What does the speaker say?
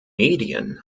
medien